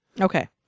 Okay